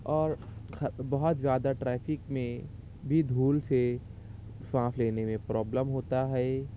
اور خر بہت زیادہ ٹریفک میں بھی دھول سے سانس لینے میں پرابلم ہوتا ہے